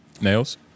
Nails